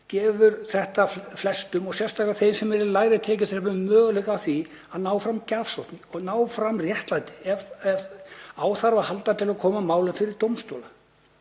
gefur frumvarpið flestum og sérstaklega þeim sem eru í lægri tekjuþrepunum möguleika á því að ná fram gjafsókn og ná fram réttlæti ef á þarf að halda til að koma málum fyrir dómstóla.